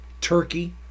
Turkey